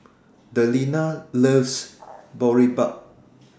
Delina loves Boribap